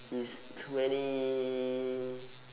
he's twenty